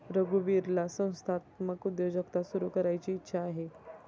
रघुवीरला संस्थात्मक उद्योजकता सुरू करायची इच्छा आहे